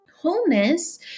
Wholeness